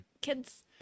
kids